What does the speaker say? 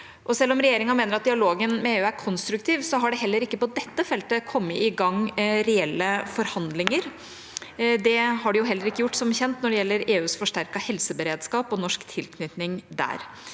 Selv om regjeringa mener at dialogen med EU er konstruktiv, har det heller ikke på dette feltet kommet i gang reelle forhandlinger. Det har det som kjent heller ikke gjort når det gjelder EUs forsterkede helseberedskap og norsk tilknytning der.